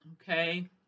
okay